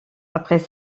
après